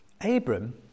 Abram